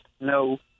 no